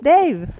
Dave